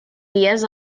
dies